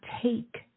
take